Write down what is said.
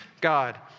God